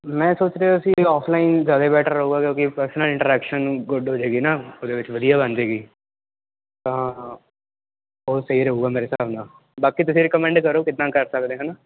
ਮੈਂ ਸੋਚ ਰਿਹਾ ਸੀ ਆਫਲਾਈਨ ਜ਼ਿਆਦਾ ਬੈਟਰ ਹੋਵੇਗਾ ਕਿਉਂਕਿ ਪਰਸਨਲ ਇੰਟਰੈਕਸ਼ਨ ਗੁੱਡ ਹੋ ਜਾਏਗੀ ਨਾ ਉਹਦੇ ਵਿੱਚ ਵਧੀਆ ਬਣ ਜਾਏਗੀ ਤਾਂ ਉਹ ਸਹੀ ਰਹੂੰਗਾ ਮੇਰੇ ਖਿਆਲ ਨਾਲ ਬਾਕੀ ਤੁਸੀਂ ਰਿਕਮੈਂਡ ਕਰ ਦਿਓ ਕਿੱਦਾਂ ਕਰ ਸਕਦੇ ਆ ਹੈ ਨਾ